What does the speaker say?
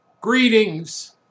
Greetings